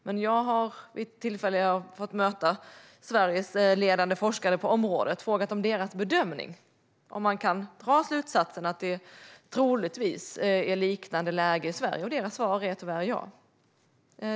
Men jag har fått tillfälle att möta Sveriges ledande forskare på området och frågat om deras bedömning av om vi kan dra slutsatsen att det troligtvis är ett liknande läge i Sverige. Deras svar är tyvärr ja.